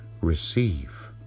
Receive